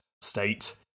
state